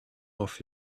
off